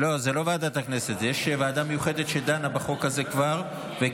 יש ועדה מיוחדת שכבר דנה בחוק הזה וקיימה